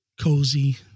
cozy